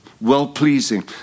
well-pleasing